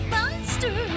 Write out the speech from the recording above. Monster